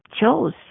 chose